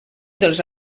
dels